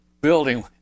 building